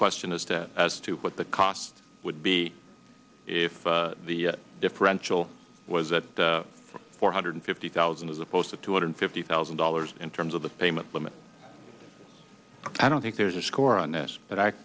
question as to as to what the cost would be if the differential was that four hundred fifty thousand as opposed to two hundred fifty thousand dollars in terms of the payment limit i don't think there's a score on this but i